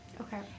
Okay